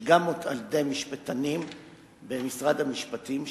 על-ידי משפטנים במשרד המשפטים,